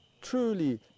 truly